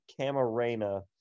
Camarena